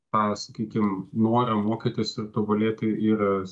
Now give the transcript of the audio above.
tą sakykim norą mokytis ir tobulėti ir